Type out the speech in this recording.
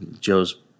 Joe's